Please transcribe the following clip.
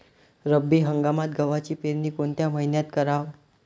रब्बी हंगामात गव्हाची पेरनी कोनत्या मईन्यात कराव?